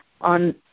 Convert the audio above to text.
on